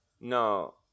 No